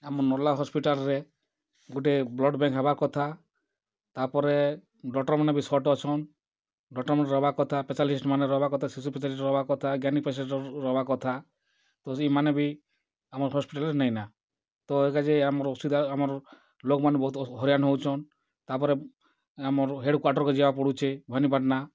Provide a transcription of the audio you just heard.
ଆମର୍ ନର୍ଲା ହସ୍ପିଟାଲ୍ ରେ ଗୁଟେ ବ୍ଲଡ଼୍ ବ୍ୟାଙ୍କ୍ ହେବା କଥା ତା'ପ୍ରେ ଡ଼କ୍ଟର୍ ମାନେ ବି ସଟ୍ ଅଛନ୍ ଡ଼କ୍ଟର୍ ମାନେ ରହେବାର୍ କଥା ସ୍ପେସାଲିଷ୍ଟ୍ ମାନେ ରହେବାର୍ କଥା ଶିଶୁ ସ୍ପେସାଲିଷ୍ଟ୍ ରହେବାର୍ କଥା ଗାଇନିକ୍ ସ୍ପେସାଲିଷ୍ଟ୍ ରହେବାର୍ କଥା ତ ଇମାନେ ବି ଆମର୍ ହସ୍ପିଟାଲ୍ରେ ନାଇଁନା ତ ଏ କା'ଯେ ଆମର୍ ଅସୁବିଧା ଆମର୍ ଲୋକ୍ମାନେ ବହୁତ୍ ହଇରାଣ୍ ହେଉଛନ୍ ତା'ର୍ପରେ ଆମର୍ ହେଡ଼୍କ୍ଵାଟର୍ କେ ଯିବାକେ ପଡ଼ୁଛେ ଭବାନୀପାଟ୍ଣା